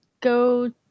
go